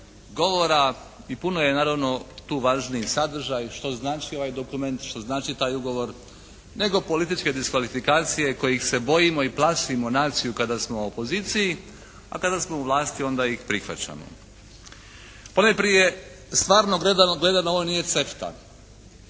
govora i puno je naravno tu važniji sadržaj što znači ovaj dokument, što znači taj ugovor nego političke diskvalifikacije kojih se bojimo i plašimo naciju kada smo u opoziciji, a kada smo u vlasti onda ih prihvaćamo. Ponajprije stvarno gledano ovo nije CEFTA.